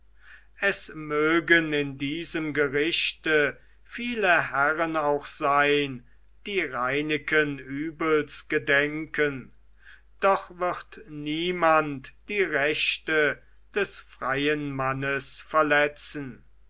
es mögen in diesem gerichte viele herren auch sein die reineken übels gedenken doch wird niemand die rechte des freien mannes verletzen